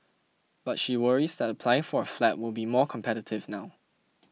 but she worries that applying for a flat will be more competitive now